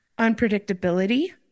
unpredictability